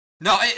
No